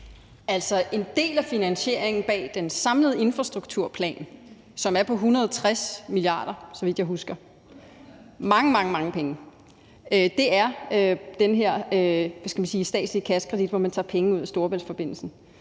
Altså, en del af finansieringen bag den samlede infrastrukturplan, som er på 160 mia. kr., så vidt jeg husker – det er mange, mange penge – er den her statslige kassekredit, hvor man tager penge ud af Storebæltsforbindelsen.